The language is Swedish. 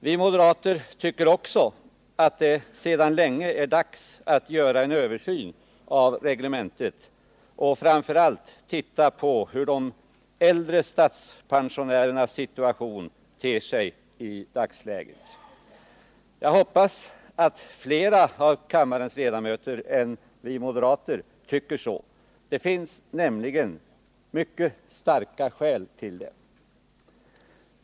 Vi moderater tycker också att det sedan länge är dags att göra en översyn av reglementet och framför allt se på hur de äldre statspensionärernas situation ter sig i dagsläget. Jag hoppas att fler av kammarens ledamöter än vi moderater tycker så. Det finns nämligen mycket starka skäl till det.